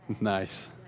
Nice